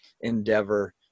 endeavor